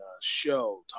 show